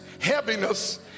heaviness